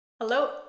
Hello